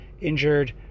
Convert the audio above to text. injured